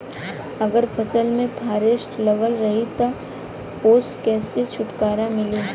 अगर फसल में फारेस्ट लगल रही त ओस कइसे छूटकारा मिली?